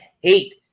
hate